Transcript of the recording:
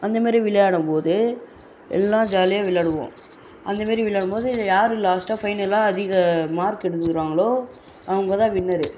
அந்த மேரி விளையாடும்போது எல்லா ஜாலியாக விளையாடுவோம் அந்த மேரி விளையாடும்போது யார் லாஸ்ட்டாக ஃபைனலாக அதிக மார்க்கு எடுக்குறாங்களோ அவங்க தான் வின்னரு